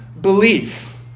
belief